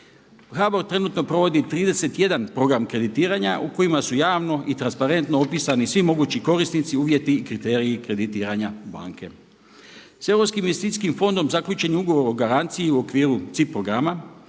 HBOR trenutno provodi 31 program kreditiranja u kojima su javno i transparentno opisani svi mogući korisnici, uvjeti i kriteriji kreditiranja banke. Sve europskim investicijskim fondom zaključen je ugovor o garanciji u okviru … programa